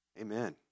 Amen